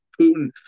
Putin